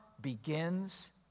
begins